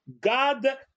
God